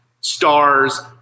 stars